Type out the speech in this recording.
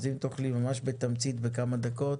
אם תוכלי ממש בתמצית, בכמה דקות,